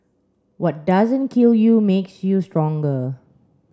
what doesn't kill you makes you stronger